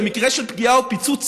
במקרה של פגיעה או פיצוץ,